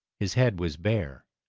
his head was bare,